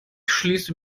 schließe